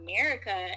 America